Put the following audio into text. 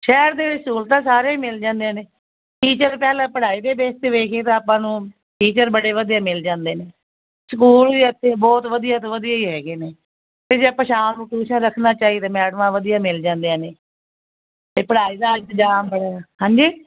ਸ਼ਹਿਰ ਦੇ ਵਿੱਚ ਸਹੂਲਤਾਂ ਸਾਰੀਆਂ ਹੀ ਮਿਲ ਜਾਂਦੀਆਂ ਨੇ ਟੀਚਰ ਪਹਿਲਾਂ ਪੜ੍ਹਾਈ ਦੇ ਬੇਸ 'ਤੇ ਵੇਖੀਏ ਤਾਂ ਆਪਾਂ ਨੂੰ ਟੀਚਰ ਬੜੇ ਵਧੀਆ ਮਿਲ ਜਾਂਦੇ ਨੇ ਸਕੂਲ ਵੀ ਇੱਥੇ ਬਹੁਤ ਵਧੀਆ ਤੋਂ ਵਧੀਆ ਹੀ ਹੈਗੇ ਨੇ ਅਤੇ ਜੇ ਆਪਾਂ ਸ਼ਾਮ ਨੂੰ ਟਿਊਸ਼ਨ ਰੱਖਣਾ ਚਾਹੀਦਾ ਮੈਡਮਾਂ ਵਧੀਆ ਮਿਲ ਜਾਂਦੀਆਂ ਨੇ ਅਤੇ ਪੜ੍ਹਾਈ ਦਾ ਇੰਤਜ਼ਾਮ ਹਾਂਜੀ